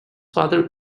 father